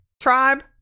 Tribe